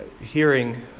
hearing